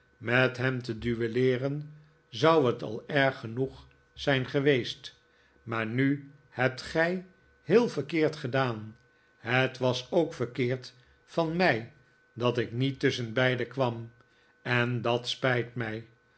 met hem te duelleeren zou het al erg genoeg zijn ge l weest maar nu hebt gij heel verkeerd gedaan het was ook verkeerd van mij dat ik niet tusschenbeide kwam en dat spijt mij